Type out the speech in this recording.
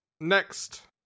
Next